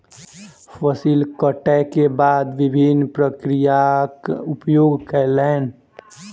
फसिल कटै के बाद विभिन्न प्रक्रियाक उपयोग कयलैन